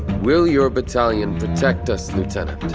will your battalion protect us lieutenant?